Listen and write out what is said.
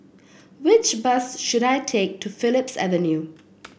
which bus should I take to Phillips Avenue